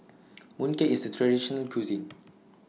Mooncake IS A Traditional Local Cuisine